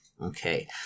okay